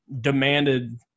demanded